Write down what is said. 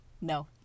No